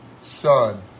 son